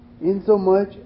insomuch